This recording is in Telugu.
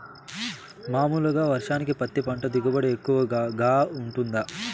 మామూలుగా వర్షానికి పత్తి పంట దిగుబడి ఎక్కువగా గా వుంటుందా?